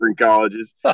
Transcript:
colleges